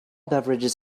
beverages